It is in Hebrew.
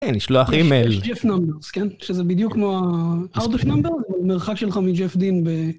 נשלח אימייל. יש ג'פ נמברס, כן? שזה בדיוק כמו... הארדוק נמברס זה מרחק שלך מג'פ דין ב...